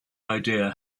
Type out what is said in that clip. idea